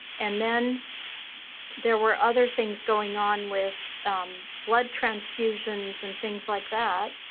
and then there were other things going on with blood transfusions and things like that,